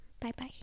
Bye-bye